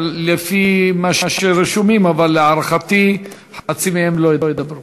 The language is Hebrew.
לפי מה שרשום, אבל להערכתי, חצי מהם לא ידברו.